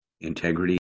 Integrity